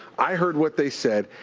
i heard what they said.